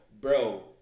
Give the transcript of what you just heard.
Bro